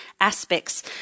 aspects